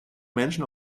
menschen